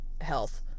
health